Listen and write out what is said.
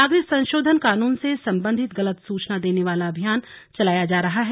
नागरिक संशोधन कानून से संबंधित गलत सूचना देने वाला अभियान चलाया जा रहा है